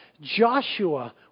Joshua